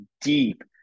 deep